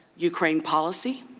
yeah i mean policy